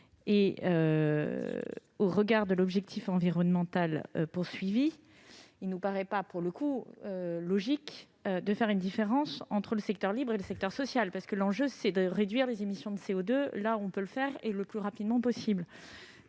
au regard de l'objectif environnemental visé, il ne nous paraît pas logique de faire une différence entre secteur libre et secteur social. L'enjeu est de réduire les émissions de CO2, là où on peut le faire et le plus rapidement possible.